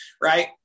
right